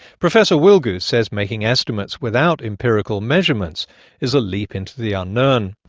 professor willgoose says making estimates without empirical measurements is a leap into the unknown.